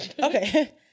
Okay